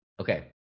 Okay